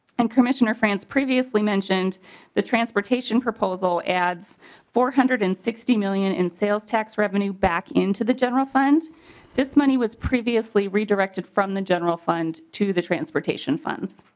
and commissioner frans previously mentioned transportation proposal adds four hundred and sixty million in sales tax revenue back into the general fund this money was previously redirected from the general fund to the transportation fund.